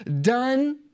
done